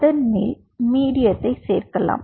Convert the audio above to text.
அதன் மேல் மீடியத்தை சேர்த்தோம்